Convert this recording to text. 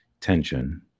tension